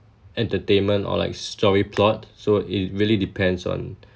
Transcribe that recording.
entertainment or like story plot so it really depends on